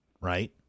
right